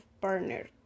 partner